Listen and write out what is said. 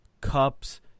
cups